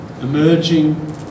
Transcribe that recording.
emerging